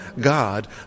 God